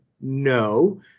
No